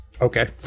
Okay